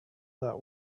that